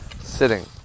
sitting